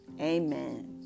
Amen